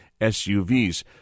SUVs